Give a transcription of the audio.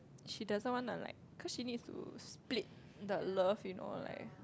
she doesn't wanna like cause she need to split the love you know like